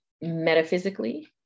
metaphysically